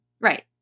Right